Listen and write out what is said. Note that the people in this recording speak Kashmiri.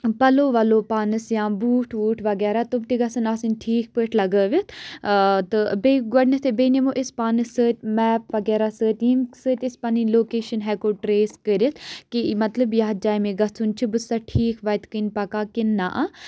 پَلو وَلو پانَس یا بوٗٹھ ووٗٹھ وغیرہ تِم تہِ گَژھَن آسٕنۍ ٹھیٖک پٲٹھۍ لَگٲوِتھ تہٕ بیٚیہِ گۄڈنٮ۪تھٕے بیٚیہِ نِمو أسۍ پانَس سۭتۍ میپ وَغیرہ سۭتۍ ییٚمہِ سۭتۍ أسۍ پَنٕنۍ لوکیشَن ہیٚکو ٹریس کٔرِتھ کہِ مطلب یَتھ جایہِ مےٚ گَژھُن چھُ بہٕ سۄ ٹھیٖک وَتہِ کِنۍ پَکان کِنہٕ نہ آ